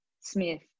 Smith